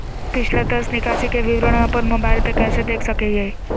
पिछला दस निकासी के विवरण अपन मोबाईल पे कैसे देख सके हियई?